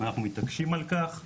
אנחנו מתעקשים על כך,